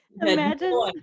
Imagine